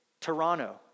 Toronto